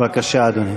בבקשה, אדוני.